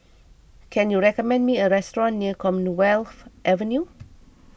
can you recommend me a restaurant near Commonwealth Avenue